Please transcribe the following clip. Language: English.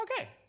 Okay